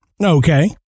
Okay